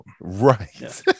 Right